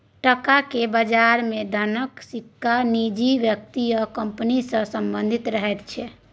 टका केर बजार मे धनक रिस्क निजी व्यक्ति या कंपनी सँ संबंधित रहैत छै